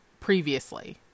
previously